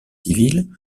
civils